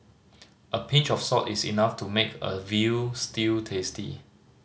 a pinch of salt is enough to make a veal stew tasty